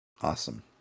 Awesome